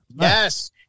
yes